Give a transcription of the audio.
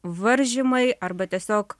varžymai arba tiesiog